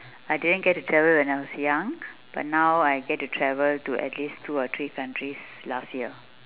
I didn't get to travel when I was young but now I get to travel to at least two or three countries last year